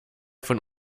von